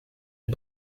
est